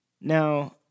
Now